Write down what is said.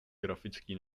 grafický